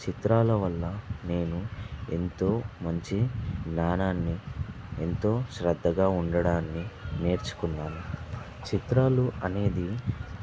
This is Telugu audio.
చిత్రాలు వల్ల నేను ఎంతో మంచి జ్ఞానాన్ని ఎంతో శ్రద్ధగా ఉండడాన్ని నేర్చుకున్నాను చిత్రాలు అనేది